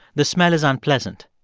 the smell is unpleasant,